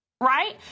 right